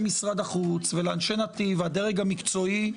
משרד החוץ ולאנשי נתיב והדרג המקצועי,